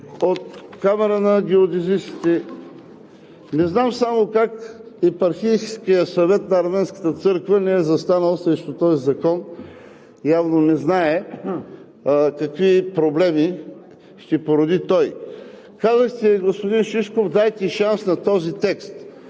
от Камарата на геодезистите. Не знам само как и Епархийският съвет на арменската църква не е застанал срещу този закон, явно не знае какви проблеми ще породи той. Казахте, господин Шишков, дайте шанс на този текст.